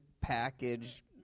package